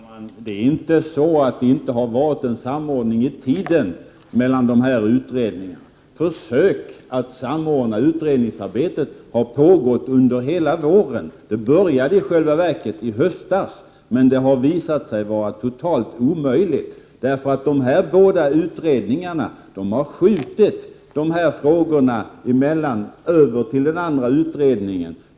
Herr talman! Det är inte så att det inte har varit en samordning i tiden mellan de här utredningarna. Försök att samordna utredningsarbetet har pågått under hela våren. Det började i själva verket i höstas. Men det har visat sig totalt omöjligt. Den ena utredningen har hela tiden skjutit över dessa frågor till den andra utredningen.